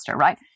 right